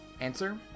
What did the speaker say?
Answer